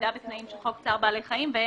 העמידה בתנאים של חוק צער בעלי חיים והן: